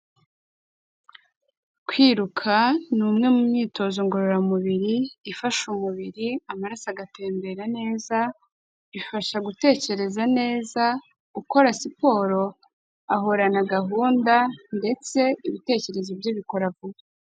Kwiruka ni umwe mu myitozo ngororamubiri ifasha umubiri amaraso agatembera neza, ifasha gutekereza neza, ukora siporo ahorana gahunda ndetse ibitekerezo bye bikora vuba.